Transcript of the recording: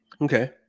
Okay